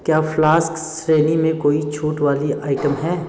क्या फ्लास्क्स श्रेणी में कोई छूट वाली आइटम हैं